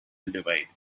divide